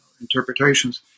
interpretations